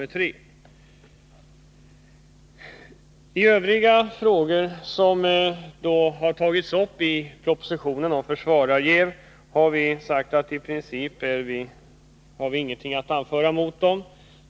När det gäller övriga frågor som tagits upp i propositionen om försvararjäv har vi sagt att i princip har vi ingenting att anföra mot vad som föreslås.